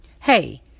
Hey